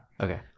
Okay